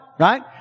Right